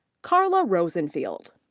carla rosenfield.